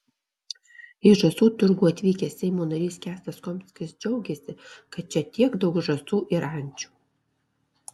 į žąsų turgų atvykęs seimo narys kęstas komskis džiaugėsi kad čia tiek daug žąsų ir ančių